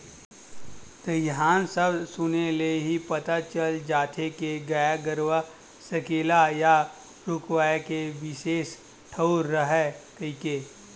दईहान सब्द सुने ले ही पता चल जाथे के गाय गरूवा सकेला या रूकवाए के बिसेस ठउर हरय कहिके